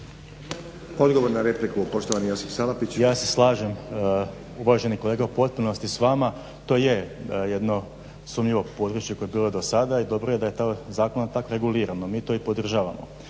Odgovor na repliku poštovani Josip Salapić. **Salapić, Josip (HDSSB)** Ja se slažem uvaženi kolega u potpunosti s vama. To je jedno sumnjivo područje koje je bilo do sada i dobro je da je to zakonom tako regulirano. Mi to i podržavamo.